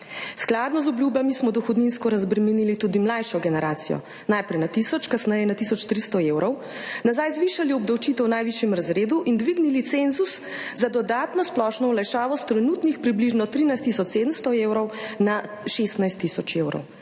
Skladno z obljubami smo dohodninsko razbremenili tudi mlajšo generacijo, najprej na 1000 kasneje na 1300 evrov, nazaj zvišali obdavčitev v najvišjem razredu in dvignili cenzus za dodatno splošno olajšavo s trenutnih približno 13 tisoč 700 evrov na 16 tisoč evrov,